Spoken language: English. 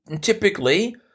typically